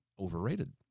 overrated